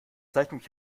zeichnung